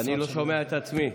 אני לא שומע את עצמי.